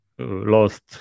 lost